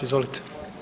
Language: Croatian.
Izvolite.